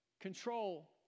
control